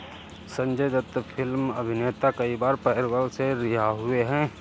Sanjay Dutt film अभिनेता कई बार पैरोल से रिहा हुए हैं